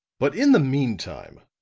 but in the meantime,